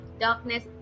darkness